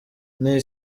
nti